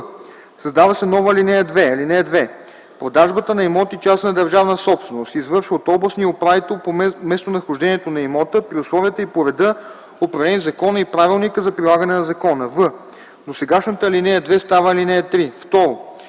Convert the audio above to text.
създава се нова ал. 2: „(2) Продажбата на имоти - частна държавна собственост, се извършва от областния управител по местонахождението на имота при условията и по реда, определени в закона и правилника за прилагане на закона.”; в) досегашната ал. 2 става ал. 3.